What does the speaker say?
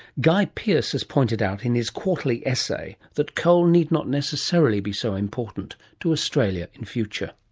guy pearse has pointed out in his quarterly essay that coal need not necessarily be so important to australia in future.